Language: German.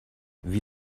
wie